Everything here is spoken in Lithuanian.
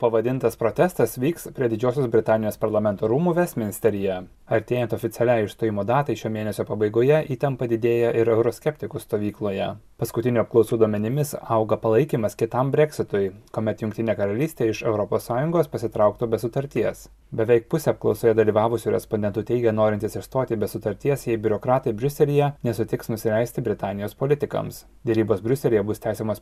pavadintas protestas vyks prie didžiosios britanijos parlamento rūmų vestminsteryje artėjant oficialiai išstojimo datai šio mėnesio pabaigoje įtampa didėja ir euroskeptikų stovykloje paskutinių apklausų duomenimis auga palaikymas kitam breksitui kuomet jungtinė karalystė iš europos sąjungos pasitrauktų be sutarties beveik pusė apklausoje dalyvavusių respondentų teigė norintys išstoti be sutarties jei biurokratai briuselyje nesutiks nusileisti britanijos politikams derybos briuselyje bus tęsiamos